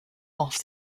off